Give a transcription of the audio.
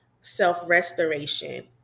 self-restoration